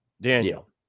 Daniel